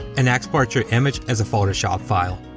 and export your image as a photoshop file.